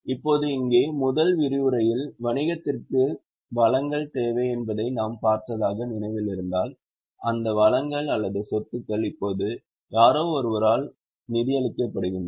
இப்போது இங்கே முதல் விரிவுரையில் வணிகத்திற்கு வளங்கள் தேவை என்பதை நாம் பார்த்ததாக நினைவில் இருந்தால் அந்த வளங்கள் அல்லது சொத்துகள் இப்போது யாரோ ஒருவரால் நிதியளிக்கப்படுகின்றன